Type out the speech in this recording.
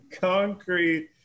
concrete